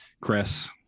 chris